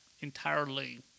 entirely